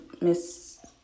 Miss